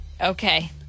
Okay